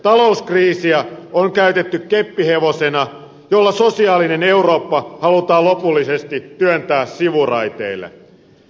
talouskriisiä on käytetty keppihevosena jolla sosiaalinen eurooppa halutaan lopullisesti työntää sivuraiteille